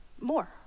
more